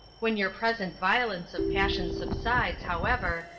when your present violence of passion subsides, however,